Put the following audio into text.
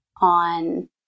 on